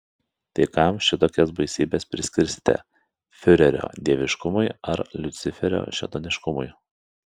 tai kam šitokias baisybes priskirsite fiurerio dieviškumui ar liuciferio šėtoniškumui